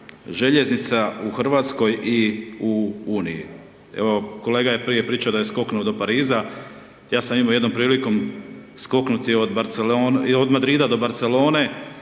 željeznica u Hrvatskoj i u uniji. Evo kolega je prije pričao da je skoknuo do Pariza, ja sam imao jednom prilikom skoknuti od Madrida do Barcelone,